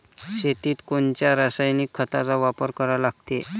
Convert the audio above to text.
शेतीत कोनच्या रासायनिक खताचा वापर करा लागते?